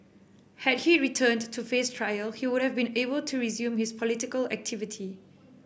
had he returned to face trial he would have been able to resume his political activity